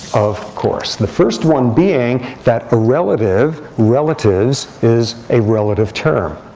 of course. the first one being that a relative, relatives, is a relative term,